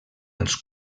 als